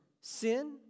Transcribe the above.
sin